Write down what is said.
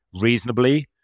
reasonably